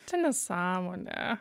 čia nesąmonė